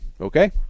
Okay